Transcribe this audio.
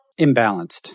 Imbalanced